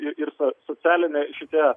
ir ir su socialiniai šitie